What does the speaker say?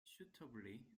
suitably